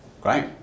Great